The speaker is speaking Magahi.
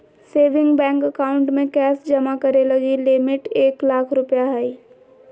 सेविंग बैंक अकाउंट में कैश जमा करे लगी लिमिट एक लाख रु हइ